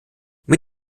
mit